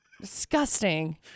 Disgusting